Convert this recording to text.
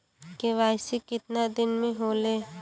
KYC कितना दिन में होले?